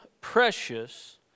precious